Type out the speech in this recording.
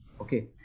Okay